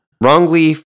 wrongly